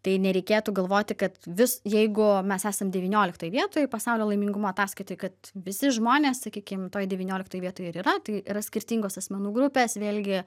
tai nereikėtų galvoti kad vis jeigu mes esam devynioliktoj vietoj pasaulio laimingumo ataskaitoj kad visi žmonės sakykim toj devynioliktoj vietoj ir yra tai yra skirtingos asmenų grupės vėlgi